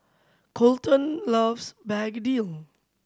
Kolton loves begedil